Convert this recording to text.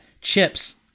chips